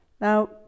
Now